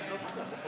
יאללה, יאללה.